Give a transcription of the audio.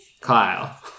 Kyle